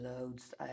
loads